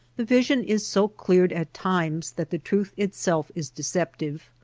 the vision is so cleared at times that the truth itself is deceptive.